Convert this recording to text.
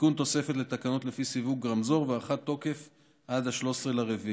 עדכון התוספת לתקנות לפי סיווג הרמזור והארכת תוקף עד ל-13 לאפריל.